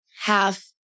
half